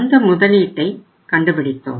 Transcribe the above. அந்த முதலீட்டை கண்டுபிடித்தோம்